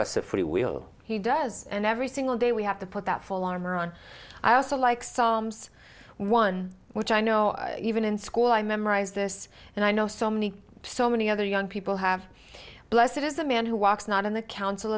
us a pretty we'll he does and every single day we have to put that full armor on i also like psalms one which i know even in school i memorized this and i know so many so many other young people have blessed it is the man who walks not in the council